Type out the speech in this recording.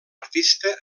artista